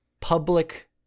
public